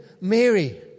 Mary